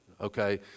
Okay